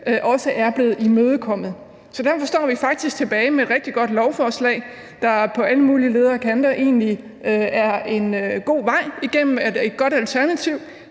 også blevet imødekommet. Derfor står vi faktisk tilbage med et rigtig godt lovforslag, der på alle mulige ledder og kanter egentlig er en god vej igennem og et godt alternativ